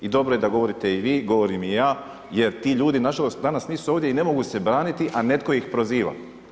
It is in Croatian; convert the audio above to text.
I dobro je da govorite i vi, govorim i ja jer ti ljudi nažalost danas nisu ovdje i ne mogu se braniti, a netko ih proziva.